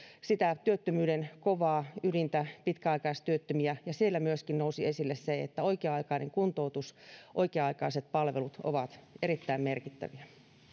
sitä työttömyyden kovaa ydintä pitkäaikaistyöttömiä ja siellä myöskin nousi esille se että oikea aikainen kuntoutus ja oikea aikaiset palvelut ovat erittäin merkittäviä